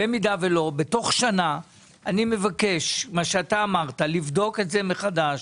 אם לא, בתוך שנה אני מבקש לבדוק את זה מחדש.